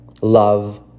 love